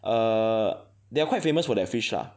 err they are quite famous for their fish lah